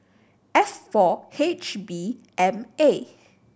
F four H B M A